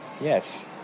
Yes